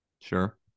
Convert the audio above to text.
Sure